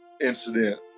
incident